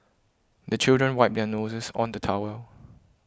the children wipe their noses on the towel